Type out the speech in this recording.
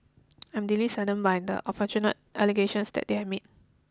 I'm deeply saddened by the unfortunate allegations that they have made